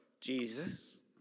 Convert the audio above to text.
Jesus